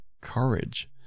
Courage